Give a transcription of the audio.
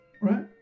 right